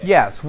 Yes